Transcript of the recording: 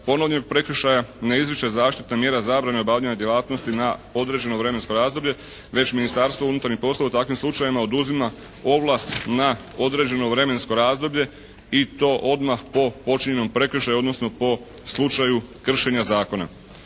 ponovljenog prekršaja ne izriče zaštitna mjera zabrane obavljanja djelatnosti na određeno vremensko razdoblje već Ministarstvo unutarnjih poslova u takvim slučajevima oduzima ovlast na određeno vremensko razdoblje i to odmah po počinjenom prekršaju odnosno po slučaju kršenja zakona.